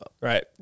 right